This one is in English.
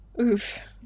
oof